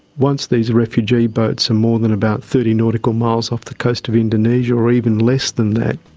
once these refugee boats are more than about thirty nautical miles off the coast of indonesia, or even less than that,